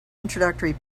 introductory